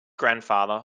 grandfather